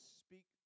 speak